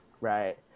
Right